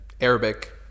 arabic